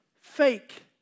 fake